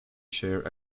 share